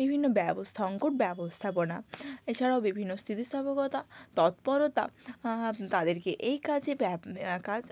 বিভিন্ন ব্যবস্থঙ্ক ব্যবস্থাপনা এছাড়াও বিভিন্ন স্থিতিস্থাপকতা তৎপরতা তাদেরকে এই কাজে ব্য কাজ